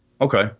Okay